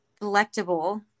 delectable